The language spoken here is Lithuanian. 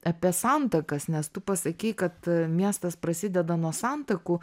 apie santakas nes tu pasakei kad miestas prasideda nuo santakų